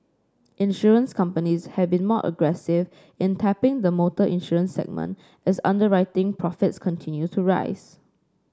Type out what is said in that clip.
insurance companies have been more aggressive in tapping the motor insurance segment as underwriting profit continues to rise